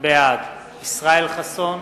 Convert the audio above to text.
בעד ישראל חסון,